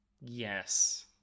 Yes